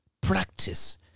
practice